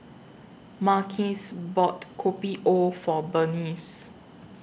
Marques bought Kopi O For Berniece